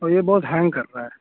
اور یہ بہت ہینگ کر رہا ہے